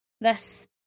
Thus